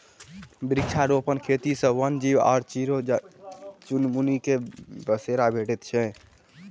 वृक्षारोपण खेती सॅ वन्य जीव आ चिड़ै चुनमुनी के बसेरा भेटैत छै